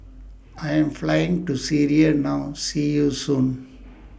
I Am Flying to Syria now See YOU Soon